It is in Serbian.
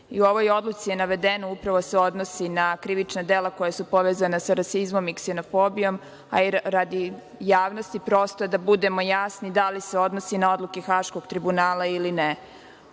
U ovoj odluci je navedeno, upravo se odnosi na krivična dela koja su povezana sa rasizmom i ksenofobijom, a i radi javnosti, prosto da budemo jasni, da li se odnosi na odluke Haškog tribunala ili ne.